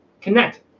connect